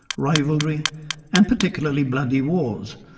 rivalry and particularly bloody wars,